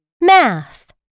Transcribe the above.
Math